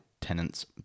tenant's